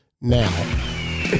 now